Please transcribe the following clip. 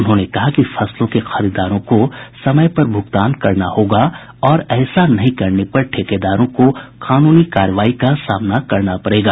उन्होंने कहा कि फसलों के खरीदारों को समय पर भुगतान करना होगा और ऐसा नहीं करने पर ठेकेदारों को कानूनी कार्रवाई का सामना करना पडेगा